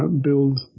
build